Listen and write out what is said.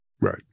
right